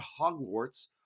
Hogwarts